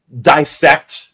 dissect